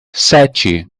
sete